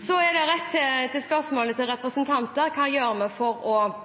Til spørsmålet fra representanten Bergstø: Hva gjør vi for å